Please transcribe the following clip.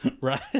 right